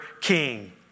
king